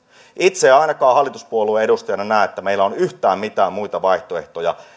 itse en ainakaan hallituspuolueen edustajana näe että meillä on yhtään mitään muita vaihtoehtoja